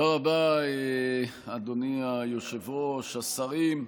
תודה רבה, אדוני היושב-ראש, השרים.